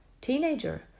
teenager